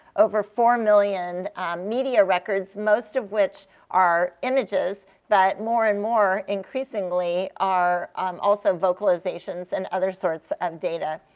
over four million media records, most of which are images, but more and more increasingly are um also vocalizations and other sorts of data,